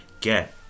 get